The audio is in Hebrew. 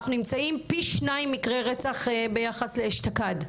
אנחנו נמצאים פי שניים מקרי רצח ביחס לאשתקד.